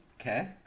Okay